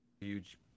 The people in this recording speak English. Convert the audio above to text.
huge